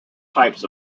types